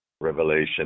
Revelation